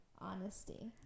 honesty